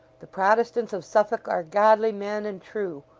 the protestants of suffolk are godly men and true.